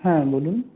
হ্যাঁ বলুন